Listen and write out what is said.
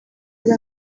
niba